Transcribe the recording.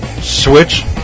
switch